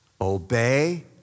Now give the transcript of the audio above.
obey